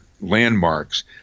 landmarks